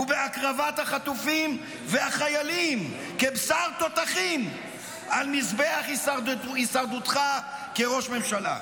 ובהקרבת החטופים והחיילים כבשר תותחים על מזבח הישרדותך כראש ממשלה.